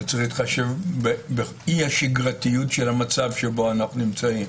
אבל צריך להתחשב באי השגרתיות של המצב שבו אנחנו נמצאים.